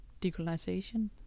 decolonization